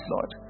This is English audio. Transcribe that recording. Lord